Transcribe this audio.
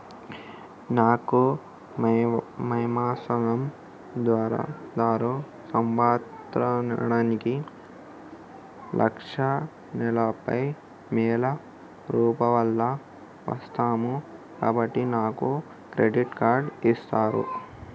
నాకు వ్యవసాయం ద్వారా సంవత్సరానికి లక్ష నలభై వేల రూపాయలు వస్తయ్, కాబట్టి నాకు క్రెడిట్ కార్డ్ ఇస్తరా?